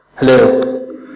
Hello